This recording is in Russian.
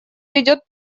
ведет